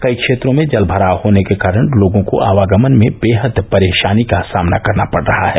कई क्षेत्रों में जल भराव होने के कारण लोगों को आवागमन में बेहद परेषानी का सामना करना पड़ रहा है